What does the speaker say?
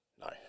no